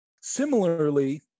Similarly